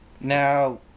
Now